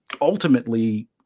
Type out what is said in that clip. ultimately